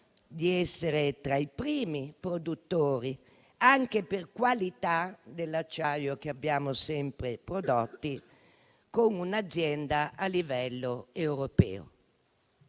di essere tra i primi produttori, anche per qualità, dell'acciaio che abbiamo sempre prodotto come un'azienda a livello europeo.